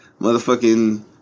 motherfucking